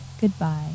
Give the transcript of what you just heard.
goodbye